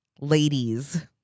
ladies